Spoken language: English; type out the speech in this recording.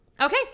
okay